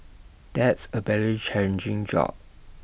that's A very challenging job